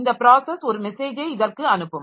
இந்த ப்ராஸஸ் ஒரு மெசேஜை இதற்கு அனுப்பும்